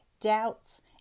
doubts